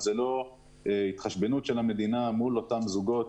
לא מדובר בהתחשבנות של המדינה מול אותם זוגות,